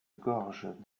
gorges